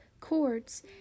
chords